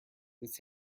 this